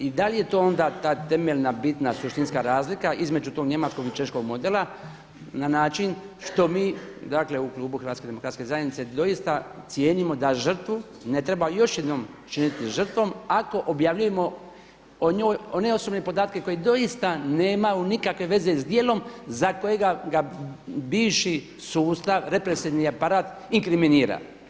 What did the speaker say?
I da li je to onda ta temeljna, bitna suštinska razlika između tog njemačkog i češkog modela na način što mi, dakle u klubu Hrvatske demokratske zajednice doista cijenimo da žrtvu ne treba još jednom činiti žrtvom ako objavljujemo o njoj ne osobne podatke koji doista nemaju nikakve veze s djelom za kojega ga bivši sustav, represivni aparat inkriminira.